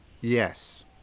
yes